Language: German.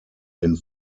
den